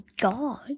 God